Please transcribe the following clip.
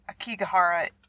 Akigahara